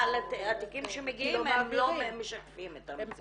התיקים שמגיעים לא משקפים את המציאות.